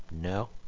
No